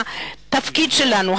התפקיד שלנו,